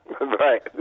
Right